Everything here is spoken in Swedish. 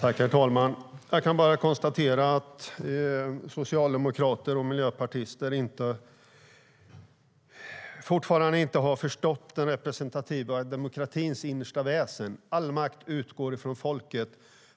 Herr talman! Jag kan bara konstatera att socialdemokrater och miljöpartister fortfarande inte har förstått den representativa demokratins innersta väsen. All makt utgår från folket.